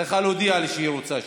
היא צריכה להודיע לי שהיא רוצה שמית.